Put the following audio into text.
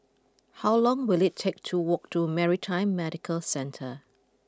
how long will it take to walk to Maritime Medical Centre